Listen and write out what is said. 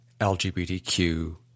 LGBTQ